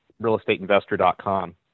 realestateinvestor.com